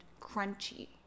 crunchy